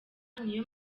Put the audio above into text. niyo